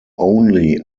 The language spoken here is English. only